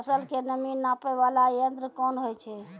फसल के नमी नापैय वाला यंत्र कोन होय छै